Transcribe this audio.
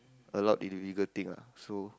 a lot illegal thing lah so